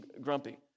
grumpy